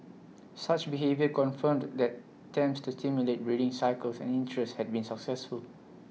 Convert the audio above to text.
such behaviour confirmed that attempts to stimulate breeding cycles and interest had been successful